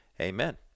amen